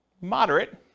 Moderate